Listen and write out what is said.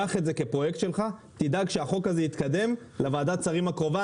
קח את זה כפרויקט שלך ותדאג שהחוק הזה יתקדם לוועדת שרים הקרובה.